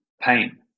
pain